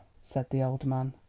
said the old man,